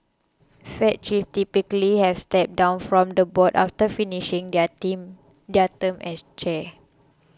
fed chiefs typically have stepped down from the board after finishing their ting their term as chair